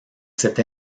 cette